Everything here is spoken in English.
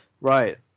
Right